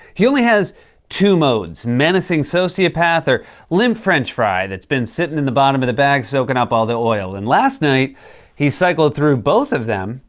he only has two modes menacing sociopath, or limp french fry that's been sitting in the bottom of the bag soaking up all the oil. and last night he cycled through both of them.